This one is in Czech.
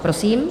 Prosím.